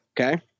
Okay